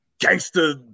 gangster